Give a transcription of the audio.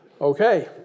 Okay